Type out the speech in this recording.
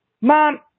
Mom